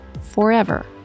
forever